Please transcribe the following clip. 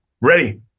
Ready